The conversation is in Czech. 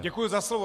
Děkuju za slovo.